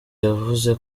yavuze